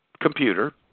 computer